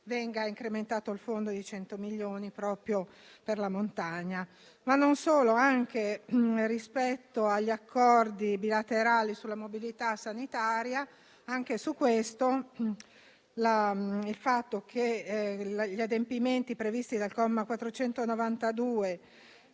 venga incrementato di 100 milioni il Fondo per la montagna. Non solo, anche rispetto agli accordi bilaterali sulla mobilità sanitaria, il fatto che gli adempimenti previsti dal comma 492